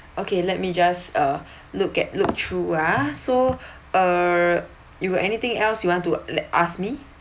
okay let me just uh look at look through ah so err you got anything else you want to let ask me